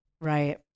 Right